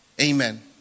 amen